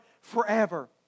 forever